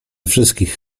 wszystkich